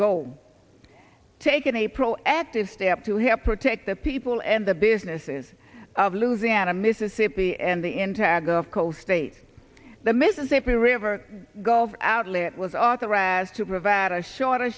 goal taking a proactive step to help protect the people and the businesses of louisiana mississippi and the in tag of coal states the mississippi river gulf outlet was authorized to provide a shorter